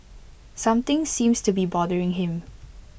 something seems to be bothering him